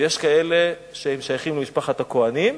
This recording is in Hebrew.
ויש כאלה ששייכים למשפחת הכוהנים,